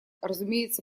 разумеется